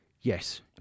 Yes